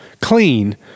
clean